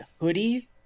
hoodie